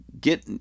get